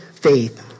faith